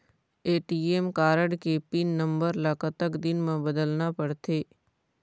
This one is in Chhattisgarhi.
ए.टी.एम कारड के पिन नंबर ला कतक दिन म बदलना पड़थे?